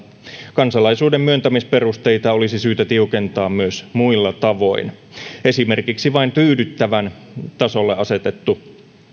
kansalaisuuden myöntämisperusteita olisi syytä tiukentaa myös muilla tavoin esimerkiksi vain tyydyttävän tasolle asetettu